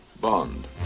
Bond